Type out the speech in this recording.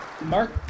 Mark